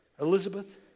Elizabeth